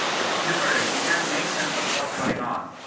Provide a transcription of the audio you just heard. it's gibberish you can't make sense of what's going on.